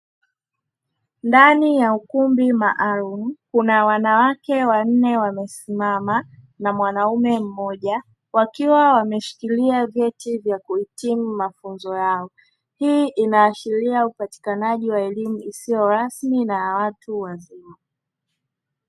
Ndani ya ukumbi maalumu kuna wanawake wanne wamesimama na mwanaume mmoja wakiwa wameshikilia vyeti vya kuhitimu mafunzo yao hii inaashiria upatikanaji wa elimu isiyo rasmi na ya watu wazima.